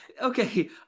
okay